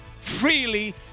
freely